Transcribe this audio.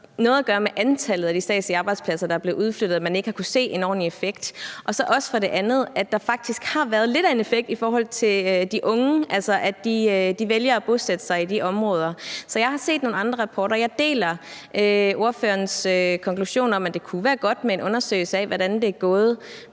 noget at gøre med antallet af de statslige arbejdspladser, der er blevet udflyttet. Man har ikke kunnet se en ordentlig effekt. Men der har faktisk været lidt af en effekt i forhold til de unge, altså at de vælger at bosætte sig i de områder. Så jeg har set nogle andre rapporter. Jeg deler ordførerens konklusion om, at det kunne være godt med en undersøgelse af, hvordan det er gået,